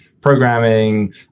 programming